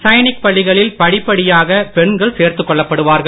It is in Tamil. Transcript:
சைனிக் பள்ளிகளில் படிப்படியாக பெண்கள் சேர்த்துக் கொள்ளப்படுவார்கள்